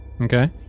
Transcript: Okay